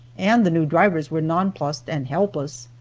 and the new drivers were nonplused and helpless.